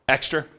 Extra